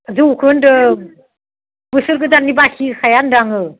जौखौ होन्दों बोसोर गोदाननि बाखि होखाया होन्दों आङो